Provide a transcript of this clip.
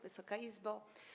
Wysoka Izbo!